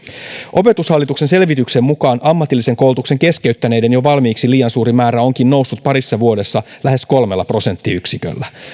opetushallituksen selvityksen mukaan ammatillisen koulutuksen keskeyttäneiden jo valmiiksi liian suuri määrä onkin noussut parissa vuodessa lähes kolmella prosenttiyksiköllä